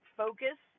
focus